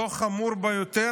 דוח חמור ביותר,